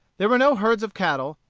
there were no herds of cattle,